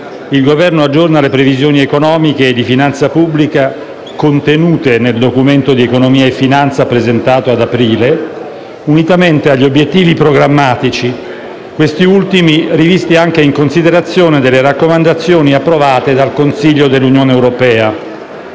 il Governo aggiorna le previsioni economiche e di finanza pubblica contenute nel Documento di economia e finanza, presentato ad aprile, unitamente agli obiettivi programmatici, questi ultimi anche in considerazione delle raccomandazioni approvate dal Consiglio dell'Unione europea.